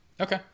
Okay